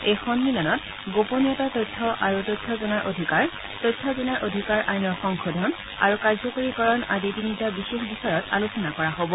এই সম্মিলনত গোপনীয়তাৰ তথ্য আৰু তথ্য জনাৰ অধিকাৰ তথ্য জনাৰ অধিকাৰ আইনৰ সংশোধন আৰু কাৰ্যকৰীকৰণ আদি তিনিটা বিশেষ বিষয়ত আলোচনা কৰা হব